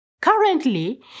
Currently